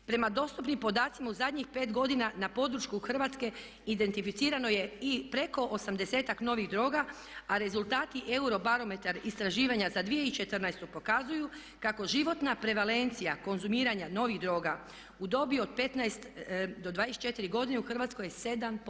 Prema dostupnim podacima u zadnjih 5 godina na području Hrvatske identificirano je i preko 80-ak novih droga a rezultati Eurobarometar istraživanja za 2014. pokazuju kako životna prevalencija konzumiranja novih droga u dobi od 15 do 24 godine u Hrvatskoj je 7%